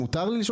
מותר לי?